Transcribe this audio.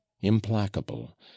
implacable